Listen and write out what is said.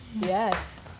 Yes